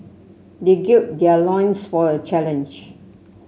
they gird their loins for the challenge